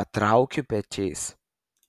patraukiu pečiais